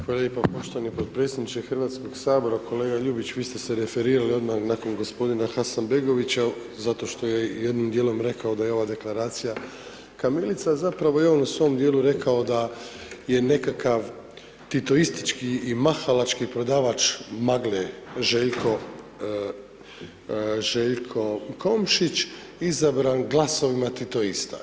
Hvala lijepa poštovani podpredsjedniče Hrvatskog sabora, kolega Ljubić vi ste se referirali odmah nakon gospodina Hasanbegovića zato što je jednim dijelom rekao da je ova deklaracija kamilica, zapravo je on u smo dijelu rekao da je nekakav titoistički i mahalački prodavač magle Željko Komšić, izabran glasovima titoista.